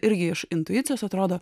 irgi iš intuicijos atrodo